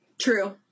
True